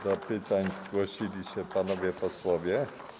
Do pytań zgłosili się panowie posłowie.